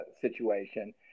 situation